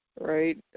right